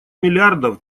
миллиардов